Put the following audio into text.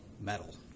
metal